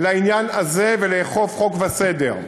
לעניין הזה ולאכוף חוק וסדר.